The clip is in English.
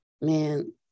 Man